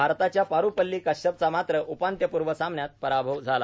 भारताच्या पारुपल्ली कश्यपचा मात्र उपांत्यपूर्व सामन्यात पराभव झाला